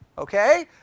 Okay